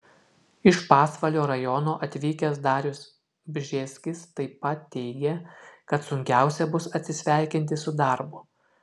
iš pasvalio rajono atvykęs darius bžėskis taip pat teigė kad sunkiausia bus atsisveikinti su darbu